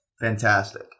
fantastic